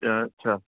اچھا